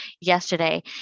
yesterday